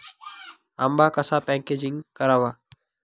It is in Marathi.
आंबा कसा पॅकेजिंग करावा?